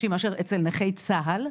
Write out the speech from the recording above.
מאשר אצל נכי צה"ל.